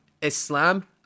Islam